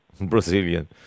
Brazilian